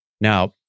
Now